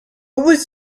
was